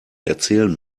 erzählen